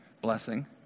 blessing